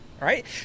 right